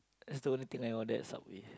that's the only thing I order at Subway